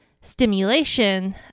stimulation